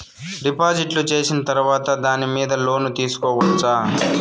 డిపాజిట్లు సేసిన తర్వాత దాని మీద లోను తీసుకోవచ్చా?